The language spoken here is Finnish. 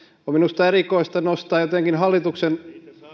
on minusta erikoista nostaa jotenkin hallituksen